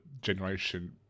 generation